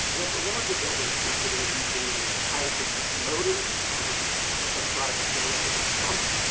for larger buildings, consider ah using high-efficiency motors that drive the fans or the pumps.